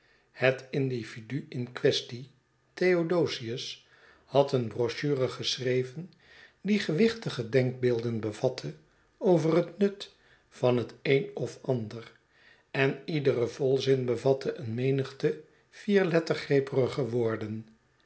het individu in kwestie theodosius had een brochure geschreven die gewichtige denkbeelden bevatte over het nut van het een of ander en iedere volzin bevatte een menigte vierlettergrepige woorden